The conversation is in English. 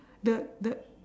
the the